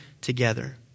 together